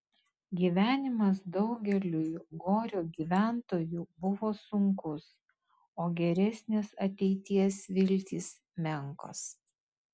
gyvenimas daugeliui gorio gyventojų buvo sunkus o geresnės ateities viltys menkos